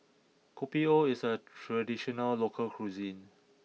Kopi O is a traditional local cuisine